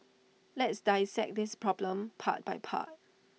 let's dissect this problem part by part